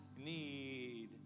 need